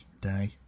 day